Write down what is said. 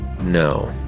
No